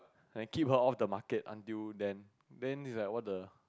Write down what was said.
and keep her off the market until then then it's like what the